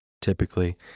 typically